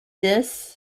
this